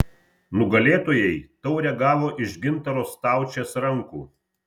nugalėtojai taurę gavo iš gintaro staučės rankų